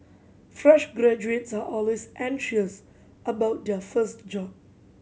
fresh graduates are always anxious about their first job